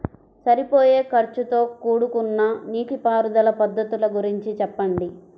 సరిపోయే ఖర్చుతో కూడుకున్న నీటిపారుదల పద్ధతుల గురించి చెప్పండి?